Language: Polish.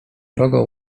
wrogo